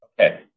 Okay